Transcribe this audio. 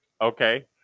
Okay